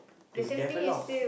to develop